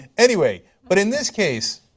and anyway, but in this case